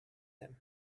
him